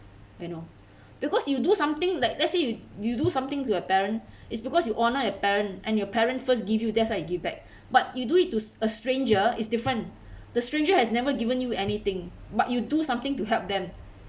you know because you do something like let's say you you do something to a parent it's because you honour your parent and your parent first give you that's why you give back but you do it to a stranger is different the stranger has never given you anything but you do something to help them